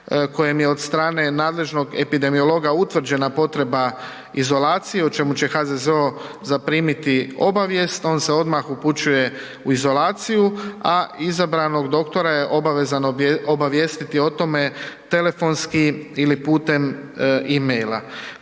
kojem je od strane nadležnog epidemiologa utvrđena potreba izolacije o čemu će HZZO zaprimiti obavijest, on se odmah upućuje u izolaciju, a izabranog doktora je obavezan obavijestiti o tome telefonski ili putem e-maila.